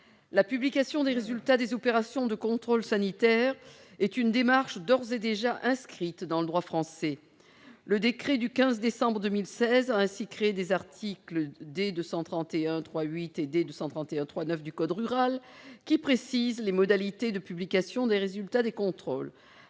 La publication des résultats des opérations de contrôle sanitaire est une démarche d'ores et déjà inscrite dans le droit français. Le décret du 15 décembre 2016 a ainsi créé les articles D. 231-3-8 et D. 231-3-9 du code rural et de la pêche maritime qui précisent les modalités de publication des résultats des contrôles.